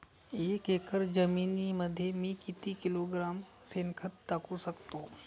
एक एकर जमिनीमध्ये मी किती किलोग्रॅम शेणखत टाकू शकतो?